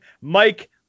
Mike